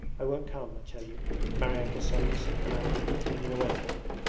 i won't come, i tell you maryanka suddenly said aloud, leaning away from him.